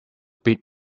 bit